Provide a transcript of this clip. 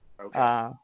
Okay